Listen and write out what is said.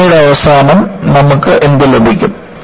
പരിശോധനയുടെ അവസാനം നമുക്ക് എന്ത് ലഭിക്കും